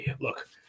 look